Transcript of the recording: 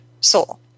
soul